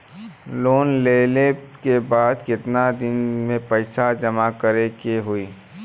Loan लेले के बाद कितना दिन में पैसा जमा करे के होई?